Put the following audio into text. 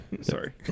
sorry